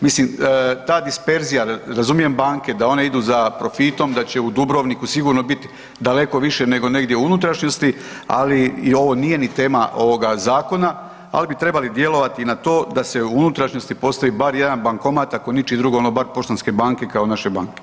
Mislim ta disperzija, razumijem banke da one idu za profitom da će u Dubrovniku sigurno bit daleko više nego negdje u unutrašnjosti, ali i ono nije ni tema ovoga zakona, ali bi trebali djelovati na to da se u unutrašnjosti postavi bar jedan bankomat ako ničiji drugo onda bar poštanske banke kao naše banke.